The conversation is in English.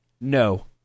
No